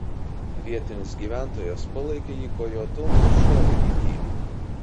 vietinis gyventojas palaikė jį kojotu ir šovė į jį